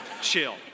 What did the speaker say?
Chill